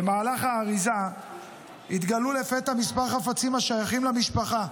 במהלך האריזה התגלו לפתע כמה חפצים השייכים למשפחה,